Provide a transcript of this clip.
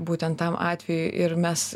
būtent tam atvejui ir mes